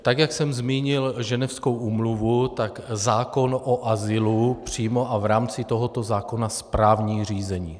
Tak jak jsem zmínil Ženevskou úmluvu, tak zákon o azylu přímo a v rámci tohoto zákona správní řízení.